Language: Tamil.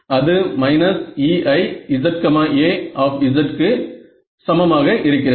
அது EizA க்கு சமமாக இருக்கிறது